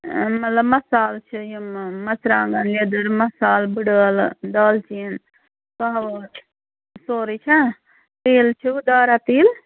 مطلب مصالہٕ چھِ یِم مَژرٛانٛگَن لیٚدٕر مصالہٕ بٕڈٲلہٕ دالچیٖن کٔہوٕ سورُے چھا تیٖل چھُ دارا تیٖل